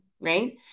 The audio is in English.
right